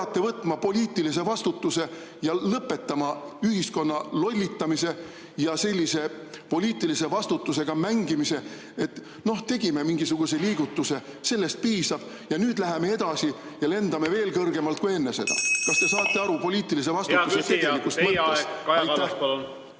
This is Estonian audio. peate võtma poliitilise vastutuse ja lõpetama ühiskonna lollitamise ja sellise poliitilise vastutusega mängimise, et noh, tegime mingisuguse liigutuse, sellest piisab ja nüüd läheme edasi ja lendame veel kõrgemalt kui enne seda? (Juhataja helistab kella.) Kas te saate aru poliitilise vastutuse tegelikust mõttest? Hea küsija, teie aeg! Kaja Kallas, palun!